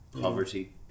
Poverty